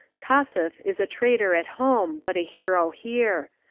kossuili is a traitor at home, but a hero here.